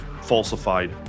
falsified